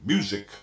Music